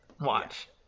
watch